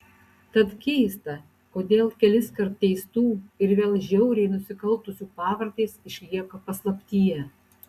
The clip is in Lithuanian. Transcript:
tad keista kodėl keliskart teistų ir vėl žiauriai nusikaltusių pavardės išlieka paslaptyje